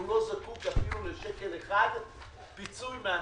הוא לא זכאי אפילו לשקל אחד פיצוי מהמדינה.